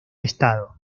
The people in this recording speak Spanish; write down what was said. estado